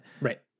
right